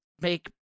make